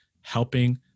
helping